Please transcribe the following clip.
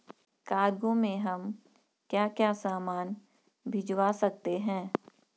Cargo में हम क्या क्या सामान भिजवा सकते हैं?